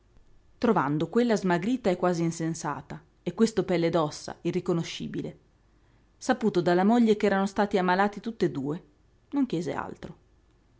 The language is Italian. trovando quella smagrita e quasi insensata e questo pelle e ossa irriconoscibile saputo dalla moglie ch'erano stati ammalati tutt'e due non chiese altro